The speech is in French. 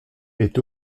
est